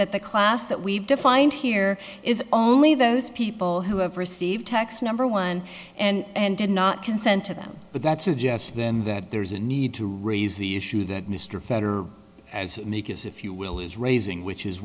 that the class that we've defined here is only those people who have received text number one and did not consent to them but that suggests then that there is a need to raise the issue that mr feder as make is if you will is raising which is